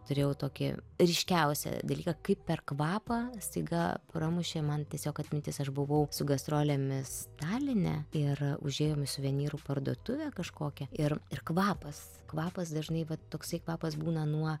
turėjau tokį ryškiausią dalyką kaip per kvapą staiga pramušė man tiesiog atmintis aš buvau su gastrolėmis taline ir užėjom į suvenyrų parduotuvę kažkokią ir ir kvapas kvapas dažnai va toksai kvapas būna nuo